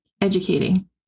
educating